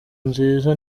nziza